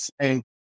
say